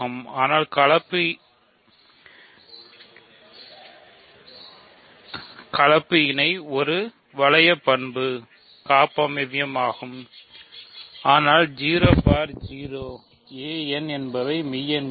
இது ஆனால் 0 பார் 0 ஆனால் என்பவை மெய் எண்கள்